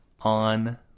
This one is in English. on